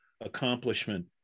accomplishment